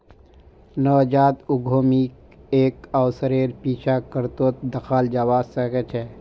नवजात उद्यमीक एक अवसरेर पीछा करतोत दखाल जबा सके छै